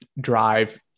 drive